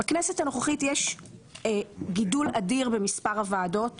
בכנסת הנוכחית יש גידול אדיר במספר הוועדות